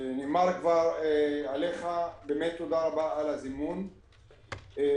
לך על הזימון לישיבה,